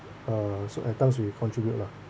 uh so at times we contribute lah